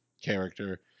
character